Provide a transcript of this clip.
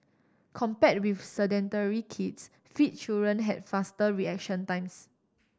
compare with sedentary kids fit children have faster reaction times